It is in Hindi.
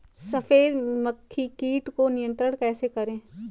सफेद मक्खी कीट को नियंत्रण कैसे करें?